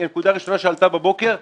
היא הנקודה הראשונה שעלתה בבוקר.